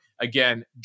Again